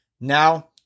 Now